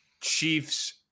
Chiefs